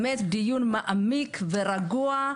דיון מעמיק ורגוע.